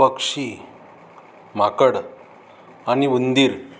पक्षी माकड आणि उंदीर